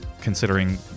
considering